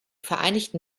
vereinigten